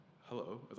hello